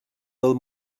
del